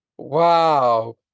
Wow